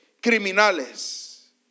criminales